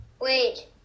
Wait